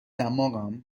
دماغم